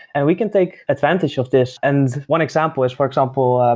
and we can take advantage of this. and one example is for example,